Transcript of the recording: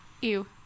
ew